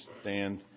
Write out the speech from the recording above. stand